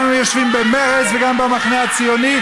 גם אם הם יושבים במרצ וגם במחנה הציוני,